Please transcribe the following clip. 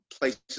Places